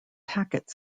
packet